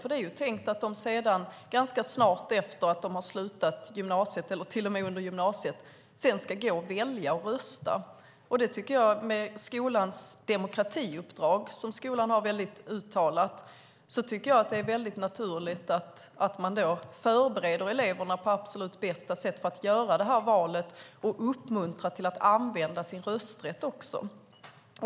Tanken är ju att de ganska snart efter att de slutat på gymnasiet - eller till och med under gymnasietiden - ska välja och rösta. Med skolans demokratiuppdrag - som för skolan finns väldigt uttalat - är det, tycker jag, mycket naturligt att eleverna förbereds på absolut bästa sätt för att sedan göra nämnda val och uppmuntras att använda sin rösträtt.